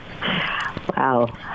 Wow